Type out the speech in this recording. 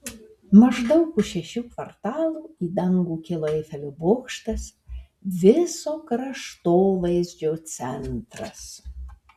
maždaug už šešių kvartalų į dangų kilo eifelio bokštas viso kraštovaizdžio centras